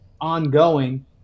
ongoing